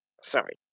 Sorry